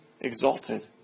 exalted